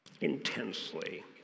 intensely